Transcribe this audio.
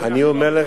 אני אומר,